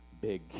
big